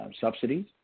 subsidies